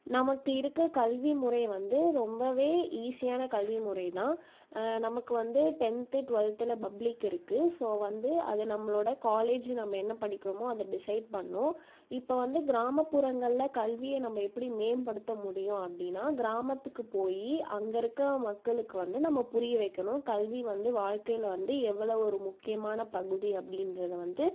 நமக்கு இருக்க கல்வி முறை வந்து ரொம்பவே ஈஸியான கல்வி முறை தான் நமக்கு வந்து டென்த்து டுவெல்த்தில் பப்ளிக் இருக்குது ஸோ வந்து அது நம்மளோடய காலேஜூ நம்ம என்ன படிக்கிறமோ அதை டிஸைட் பண்ணும் இப்போ வந்து கிராமப்புறங்களில் கல்வியை நம்ம எப்படி மேம்படுத்த முடியும் அப்படின்னா கிராமத்துக்கு போய் அங்கிருக்க மக்களுக்கு வந்து நம்ம புரிய வைக்கணும் கல்வி வந்து வாழ்க்கையில் வந்து எவ்வளவு ஒரு முக்கியமான பகுதி அப்படின்றத வந்து